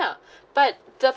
ya but the